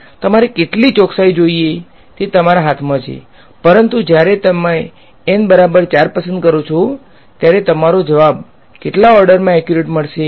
તમારે કેટલી ચોકસાઈ જોઈએ છે તે તમારા હાથમાં છે પરંતુ જ્યારે તમે N બરાબર 4 પસંદ કરો છો ત્યારે તમારો જવાબ કેટલા ઓર્ડરમા એક્યુરેટ મળશે